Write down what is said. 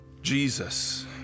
Jesus